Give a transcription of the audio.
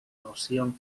ocean